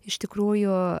iš tikrųjų